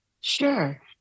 Sure